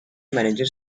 manager